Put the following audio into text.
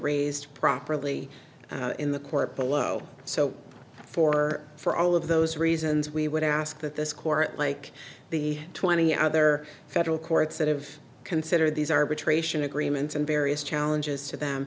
raised properly in the court below so for for all of those reasons we would ask that this court like the twenty other federal courts that have consider these arbitration agreements and various challenges to them